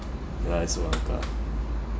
ya I also want car